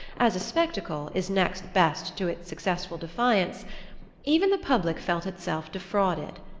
as a spectacle, is next best to its successful defiance even the public felt itself defrauded.